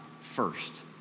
first